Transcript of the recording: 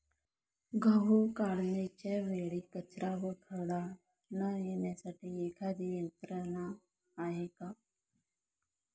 गहू काढणीच्या वेळी कचरा व खडा न येण्यासाठी एखादी यंत्रणा आहे का?